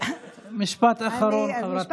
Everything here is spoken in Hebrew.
משפט אחרון, בקצרה.